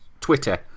Twitter